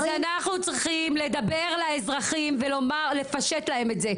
אז אנחנו צריכים לדבר לאזרחים ולפשט להם את זה,